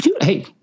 Hey